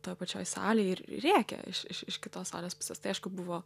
toj pačioj salėj ir rėkė iš iš iš kitos salės pusės tai aišku buvo